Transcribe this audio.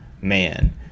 man